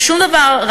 שום דבר,